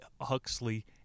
Huxley